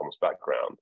background